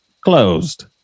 closed